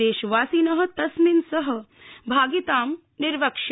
देशवासिनः तस्मिन् सह भागितां निर्वक्ष्यन्ति